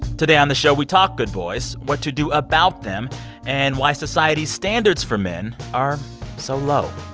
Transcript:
today on the show, we talk good boys what to do about them and why society's standards for men are so low.